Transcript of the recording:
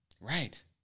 Right